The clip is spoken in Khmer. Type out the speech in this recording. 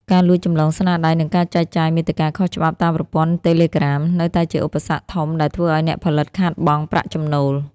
ការលួចចម្លងស្នាដៃ និងការចែកចាយមាតិកាខុសច្បាប់តាមប្រព័ន្ធតេឡេក្រាម នៅតែជាឧបសគ្គធំដែលធ្វើឱ្យអ្នកផលិតខាតបង់ប្រាក់ចំណូល។